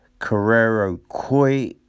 Carrero-Coy